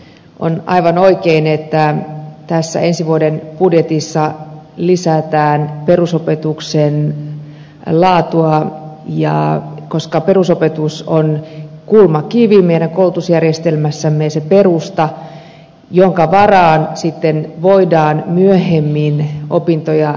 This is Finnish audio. on aivan oikein että tässä ensi vuoden budjetissa lisätään perusopetuksen laatua koska perusopetus on kulmakivi meidän koulutusjärjestelmässämme ja se perusta jonka varaan sitten voidaan myöhemmin opintoja tehdä